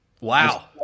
Wow